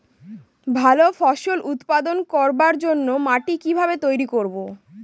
ভালো ফসল উৎপাদন করবার জন্য মাটি কি ভাবে তৈরী করব?